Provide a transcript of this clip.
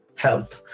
help